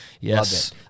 Yes